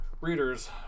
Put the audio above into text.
readers